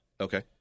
Okay